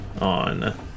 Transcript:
on